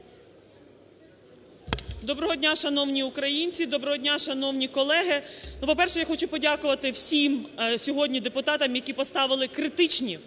Доброго дня, шановні українці! Доброго дня, шановні колеги! По-перше, я хочу подякувати всім сьогодні депутатам, які поставили критичні